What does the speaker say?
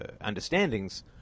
understandings